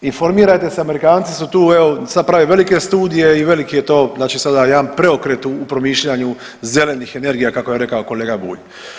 Informirajte se, Amerikanci su tu evo sad prave velike studije i velik je to sada jedan preokret u promišljanju zelenih energija kako je rekao kolega Bulj.